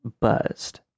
buzzed